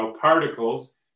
particles